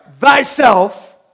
thyself